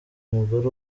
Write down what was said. umugore